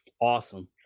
awesome